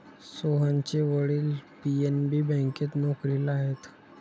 सोहनचे वडील पी.एन.बी बँकेत नोकरीला आहेत